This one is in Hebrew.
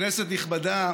כנסת נכבדה,